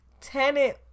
tenant